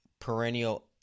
perennial